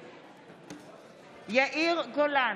נגד יאיר גולן,